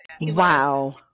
Wow